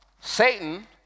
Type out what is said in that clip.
Satan